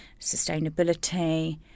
sustainability